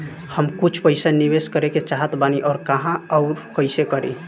हम कुछ पइसा निवेश करे के चाहत बानी और कहाँअउर कइसे करी?